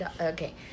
okay